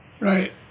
right